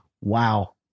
Wow